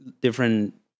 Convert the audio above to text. different